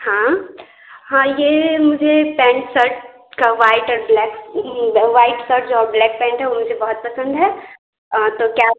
हाँ हाँ यह मुझे पैंट शर्ट का व्हाइट और ब्लैक व्हाइट शर्ट जो और ब्लैक पैंट है वह मुझे बहुत पसंद है और तो क्या आप